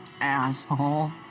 asshole